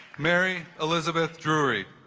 mary elizabeth drury